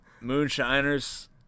moonshiners